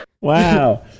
Wow